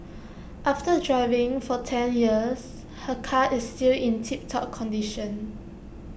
after driving for ten years her car is still in tip top condition